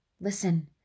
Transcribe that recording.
Listen